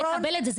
לקבל את זה,